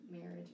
marriage